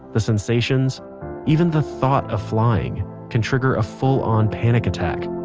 the sensations even the thought of flying can trigger a full-on panic attack